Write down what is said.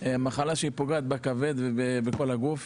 מחלה שהיא פוגעת בכבד ובכל הגוף,